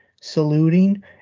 saluting